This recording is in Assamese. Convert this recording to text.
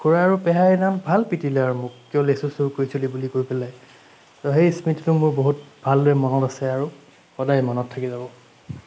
খুৰা আৰু পেহাই সেই দিনাখন ভাল পিটিলে মোক কিয় লেচু চুৰ কৰিছিলি বুলি কৈ পেলাই তো সেই স্মৃতিটো মোৰ ভাল দৰে মনত আছে আৰু সদায় মনত থাকি যাব